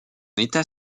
état